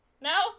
No